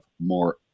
more